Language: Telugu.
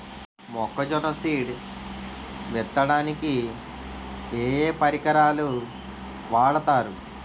మొక్కజొన్న సీడ్ విత్తడానికి ఏ ఏ పరికరాలు వాడతారు?